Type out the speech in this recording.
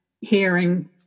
hearing